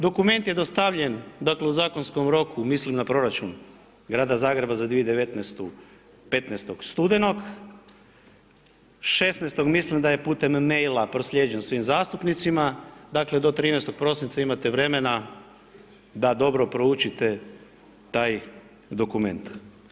Dokument je dostavljen, dakle u zakonskom roku, mislim na proračun Grada Zagreba za 2019. 15.11., 16. mislim da je putem maila proslijeđen svim zastupnicima, dakle do 13.12. imate vremena da dobro proučite taj dokument.